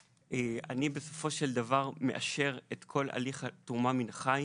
אני בסופו של דבר מאשר את כל הליך התרומה מן החי.